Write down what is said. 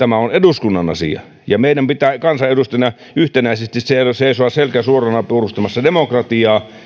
tämä on eduskunnan asia ja meidän pitää kansanedustajina yhtenäisesti seisoa selkä suorana puolustamassa demokratiaa